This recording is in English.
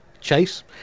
chase